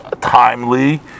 timely